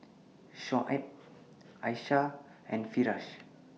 Shoaib Aisyah and Firash